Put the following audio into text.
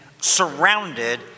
surrounded